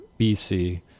BC